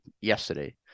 yesterday